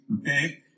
okay